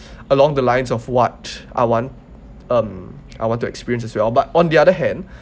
along the lines of what I want um I want to experience as well but on the other hand